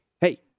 hey